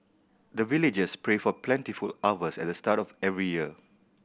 the villagers pray for plentiful harvest at the start of every year